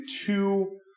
two